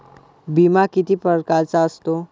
बिमा किती परकारचा असतो?